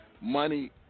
Money